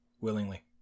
Willingly